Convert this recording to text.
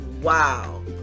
wow